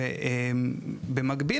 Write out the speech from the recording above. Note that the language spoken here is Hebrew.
במקביל,